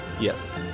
yes